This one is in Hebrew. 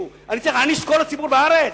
אני צריך להעניש את כל הציבור בארץ?